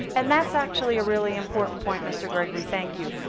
and that's actually a really important point, mr. gregory. thank you.